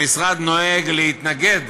המשרד נוהג להתנגד